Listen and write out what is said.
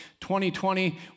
2020